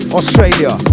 Australia